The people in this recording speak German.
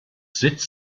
sitz